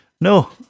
No